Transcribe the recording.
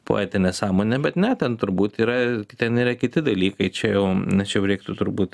poetinę sąmonę bet ne ten turbūt yra ten yra kiti dalykai čia jau čia jau reiktų turbūt